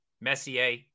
messier